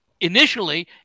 initially